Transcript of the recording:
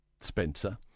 Spencer